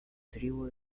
tribu